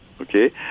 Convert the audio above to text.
okay